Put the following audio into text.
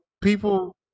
people